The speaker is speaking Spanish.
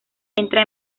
entra